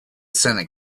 senate